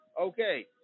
Okay